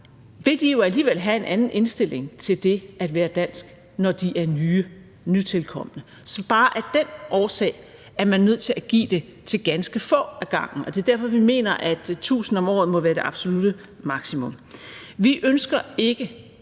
vil de jo alligevel have en anden indstilling til det at være dansk, når de er nytilkomne. Så bare af den årsag er man nødt til at give det til ganske få ad gangen, og det er derfor, vi mener, at 1.000 om året må være det absolutte maksimum. Vi ønsker ikke,